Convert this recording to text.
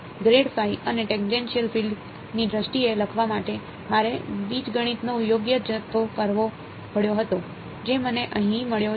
grade phi ની દ્રષ્ટિએ લખવા માટે મારે બીજગણિતનો યોગ્ય જથ્થો કરવો પડ્યો હતો જે મને અહીં મળ્યો છે